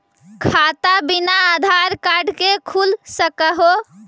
खाता बिना आधार कार्ड के खुल सक है?